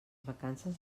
vacances